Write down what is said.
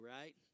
right